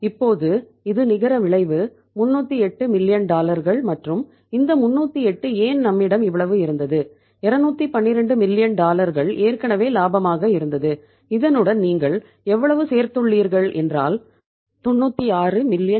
இப்போது இது நிகர விளைவு 308 மில்லியன்